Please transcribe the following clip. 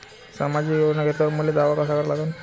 सामाजिक योजना घेतल्यावर मले दावा कसा करा लागन?